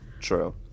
True